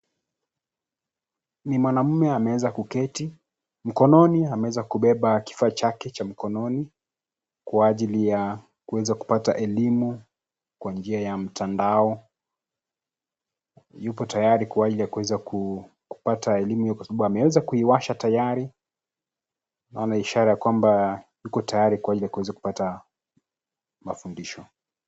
Ni mwanaume ameweza kuketi, mkononi ameweza kubeba kifaa chake cha mkononi, kwa ajili ya, kuweza kupata elimu, kwa njia ya mtandao. Yupo tayari kwa ajili ya kuweza, kupata elimu ya kwa sababu ameweza kuiwasha tayari, maana ishara ya kwamba, yuko tayari kwa ajili ya kuweza kupata, mafundisho.